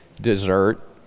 dessert